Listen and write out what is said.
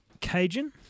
Cajun